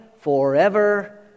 forever